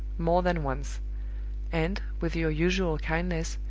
more than once and, with your usual kindness,